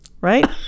right